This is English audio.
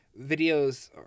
videos